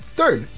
Third